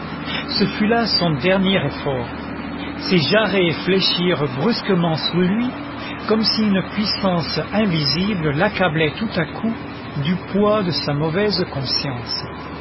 ce fut là son dernier effort ses jarrets fléchirent brusquement sous lui comme si une puissance invisible l'accablait tout à coup du poids de sa mauvaise conscience